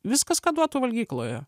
viskas ką duotų valgykloje